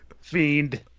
Fiend